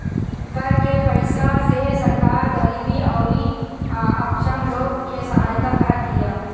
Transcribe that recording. कर के पईसा से सरकार गरीबी अउरी अक्षम लोग के सहायता करत बिया